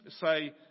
say